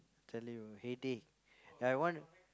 then you will headache like one